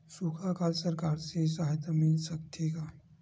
सुखा अकाल सरकार से सहायता मिल सकथे का?